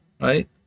right